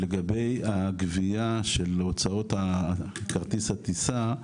לגבי הגבייה של הוצאות כרטיס הטיסה,